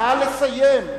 נא לסיים.